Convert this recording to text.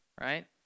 right